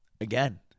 Again